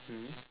mmhmm